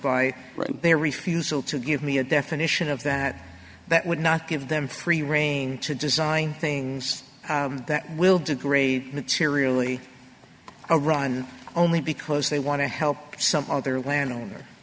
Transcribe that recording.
by their refusal to give me a definition of that that would not give them free rein to design things that will degrade materially or run only because they want to help some other